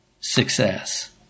success